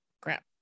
crap